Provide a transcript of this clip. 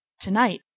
To-night